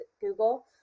Google